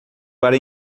para